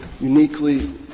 uniquely